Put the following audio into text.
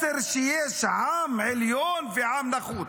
מסר שיש עם עליון ועם נחות.